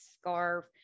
scarf